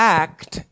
act